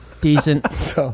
Decent